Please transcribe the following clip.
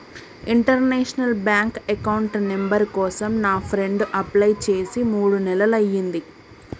international bank account number కోసం నా friend apply చేసి మూడు నెలలయ్యింది